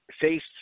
faced